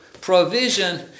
provision